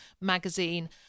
magazine